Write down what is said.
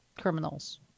criminals